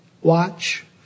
watch